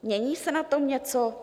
Mění se na tom něco?